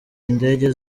indege